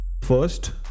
First